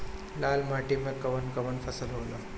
लाल माटी मे कवन कवन फसल होला?